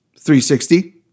360